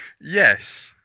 Yes